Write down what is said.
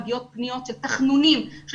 גם אלינו מגיעות פניות של תחנונים של